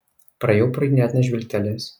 praėjau pro jį net nežvilgtelėjęs